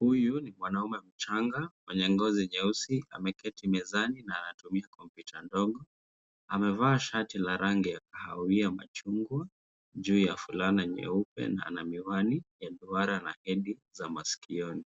Huyu ni mwanaume mchanga mwenye ngozi nyeusi, ameketi mezani na anatumia kompyuta ndogo. Amevaa shati la rangi ya kahawia machungwa juu ya fulana nyeupe na ana miwani ya duara na hedi za masikioni.